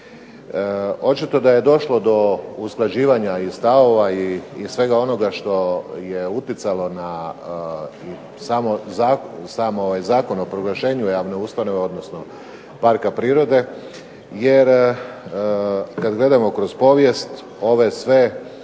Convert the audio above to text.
Očito da je došlo do usklađivanja i stavova i svega onoga što je utjecalo na sam ovaj zakon o proglašenju javne ustanove, odnosno parka prirode, jer kada gledamo kroz povijest, ove sve